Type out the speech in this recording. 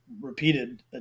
repeated